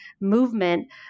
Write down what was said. movement